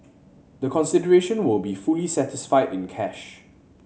the consideration will be fully satisfied in cash